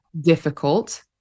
difficult